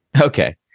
Okay